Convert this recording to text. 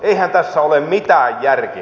eihän tässä ole mitään järkeä